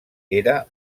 era